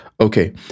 Okay